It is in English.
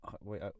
wait